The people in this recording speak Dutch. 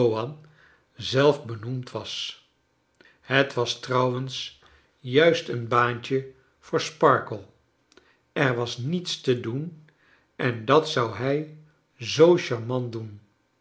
zelf benoemd was het was trouwens juist een baantje voor sparkler er was niets te doen en dat zou hij zoo charmant doen